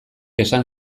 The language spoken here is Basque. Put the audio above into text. esan